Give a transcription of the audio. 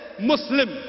Muslim